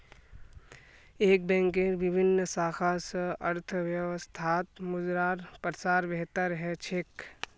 एक बैंकेर विभिन्न शाखा स अर्थव्यवस्थात मुद्रार प्रसार बेहतर ह छेक